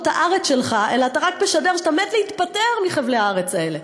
הארץ שלך אלא אתה רק תשדר שאתה מת להיפטר מחבלי הארץ האלה.